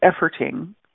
efforting